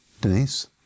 Denise